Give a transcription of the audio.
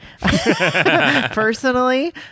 personally